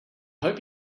hope